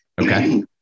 Okay